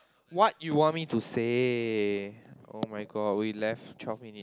what you want me to say [oh]-my-god we left twelve minutes